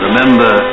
Remember